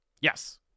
Yes